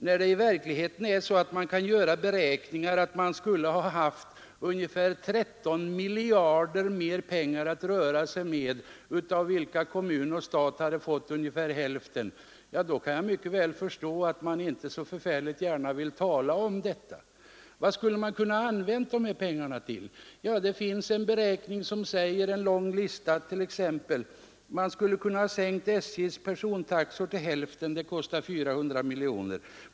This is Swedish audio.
När man i verkligheten kan göra beräkningar som visar att man skulle ha haft ungefär 13 miljarder kronor mer att röra sig med, av vilka stat och kommun fått ungefär hälften, kan jag mycket väl förstå att herr Ekström inte så särskilt gärna vill tala om detta. Vad kunde man ha använt dessa pengar till? En beräkning ger till resultat en lång lista. SJ:s persontaxor kunde ha sänkts till hälften, vilket hade kostat 400 miljoner kronor.